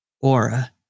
aura